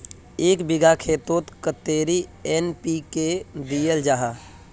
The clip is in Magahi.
एक बिगहा खेतोत कतेरी एन.पी.के दियाल जहा?